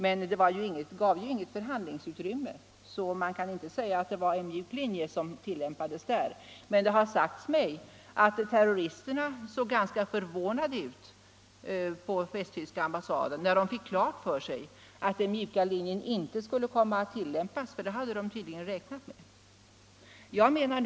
Man gav inget förhandlingsutrymme, så det var knappast någon mjuk linje som tillämpades där. Det har sagts mig att terroristerna på den västtyska ambassaden såg ganska förvånade ut när de fick klart för sig att den mjuka linjen inte skulle tillämpas. Det hade de tydligen räknat med.